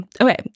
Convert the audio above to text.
Okay